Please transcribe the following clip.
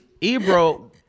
Ebro